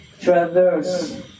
traverse